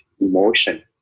emotion